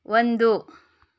ಒಂದು